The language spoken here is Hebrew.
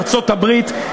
ארצות-הברית,